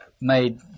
made